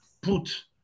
put